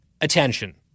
attention